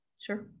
Sure